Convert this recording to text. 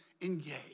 engage